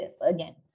Again